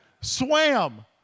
swam